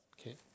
Okay